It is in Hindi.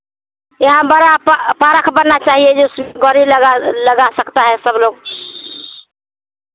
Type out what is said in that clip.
यह बड़ा परख बनना चाहिए जिसमें गाड़ी लगा लगा सकता है सब लोग